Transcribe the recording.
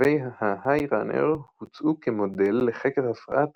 קווי ה-High Runner הוצעו כמודל לחקר הפרעת